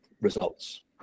results